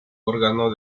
órgano